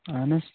اَہَن حظ